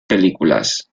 películas